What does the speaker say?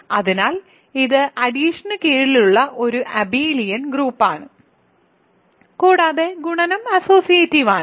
അതിനാൽ ഇത് അഡിഷന് കീഴിലുള്ള ഒരു അബിലിയൻ ഗ്രൂപ്പാണ് കൂടാതെ ഗുണനം അസ്സോസിയേറ്റീവ് ആണ്